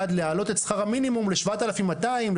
להעלות את שכר המינימום לשבעת אלפים מאתיים,